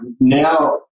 now